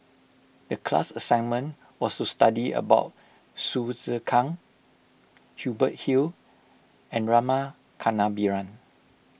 the class assignment was to study about Hsu Tse Kwang Hubert Hill and Rama Kannabiran